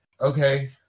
okay